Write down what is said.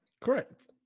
Correct